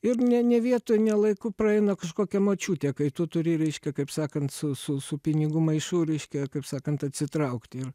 ir ne ne vietoj ne laiku praeina kažkokia močiutė kai tu turi reiškia kaip sakant su su su pinigų maišu reiškia kaip sakant atsitraukti ir